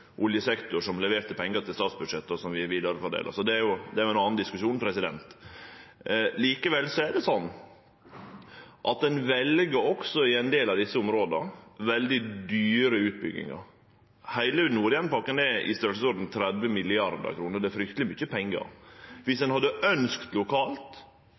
oljesektor som leverte pengar til statsbudsjettet, og som vi fordeler vidare, så det er ein annan diskusjon. Likevel er det slik at ein vel også i ein del av desse områda veldig dyre utbyggingar. Heile Nord-Jæren-pakka er i størrelsesorden 30 mrd. kr, og det er frykteleg mykje pengar. Dersom ein hadde ønskt det lokalt,